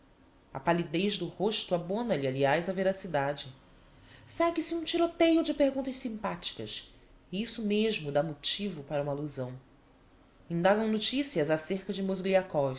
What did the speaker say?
a pallidez do rosto abona lhe aliás a veracidade segue-se um tiroteio de perguntas simpáticas e isso mesmo dá motivo para uma allusão indagam noticias á cêrca de mozgliakov